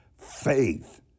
Faith